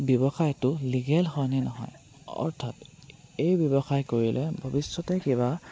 ব্যৱসায়টো লিগেল হয়নে নহয় অৰ্থাৎ এই ব্যৱসায় কৰিলে ভৱিষ্যতে কিবা